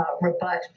rebut